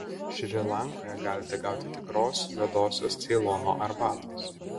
šri lankoje galite gauti tikros juodosios ceilono arbatos